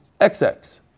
XX